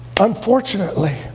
Unfortunately